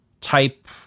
type